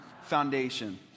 foundation